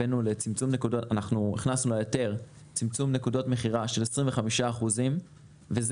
הכנסנו להיתר צמצום נקודות מכירה של 25%. זה